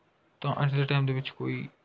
ਤਾਂ ਅੱਜ ਦੇ ਟਾਈਮ ਦੇ ਵਿੱਚ ਕੋਈ